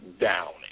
Downing